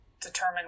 determine